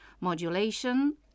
Modulation